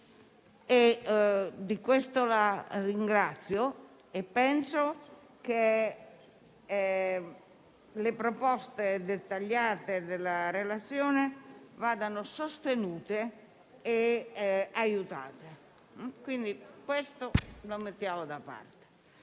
di questo la ringrazio. Penso che le proposte dettagliate della relazione vadano sostenute e aiutate, e questo lo mettiamo da parte.